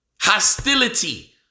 hostility